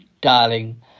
darling